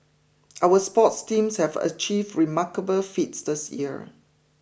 our sports teams have achieved remarkable feats this year